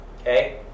Okay